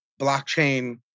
blockchain